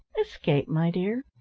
escape, my dear?